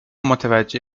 متوجه